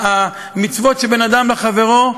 המצוות שבין אדם לחברו,